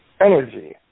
energy